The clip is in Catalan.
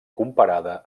comparada